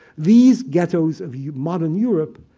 these ghettos of yeah modern europe,